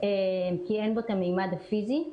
כי אין בו את הממד הפיזי.